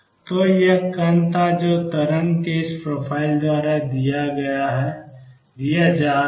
तो यह कण था जो तरंग के इस प्रोफाइल द्वारा दिया जा रहा है